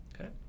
Okay